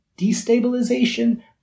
destabilization